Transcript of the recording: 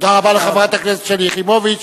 תודה רבה לחברת הכנסת שלי יחימוביץ.